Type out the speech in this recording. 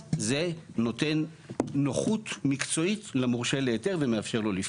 אז זה נותן נוחות מקצועית למורשה להיתר ומאפשר לו לפעול.